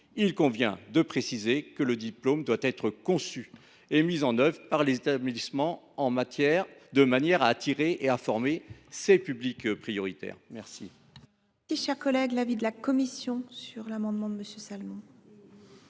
il convient de préciser que le diplôme doit être conçu et mis en œuvre par les établissements de manière à former ces publics prioritaires. Quel